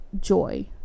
joy